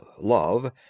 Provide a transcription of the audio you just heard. love